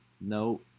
No